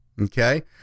okay